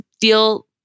feel